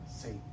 say